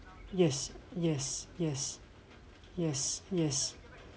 yes yes yes yes yes